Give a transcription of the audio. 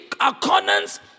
accordance